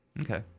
Okay